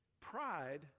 Pride